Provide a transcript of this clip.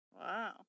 Wow